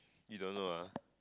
you don't know ah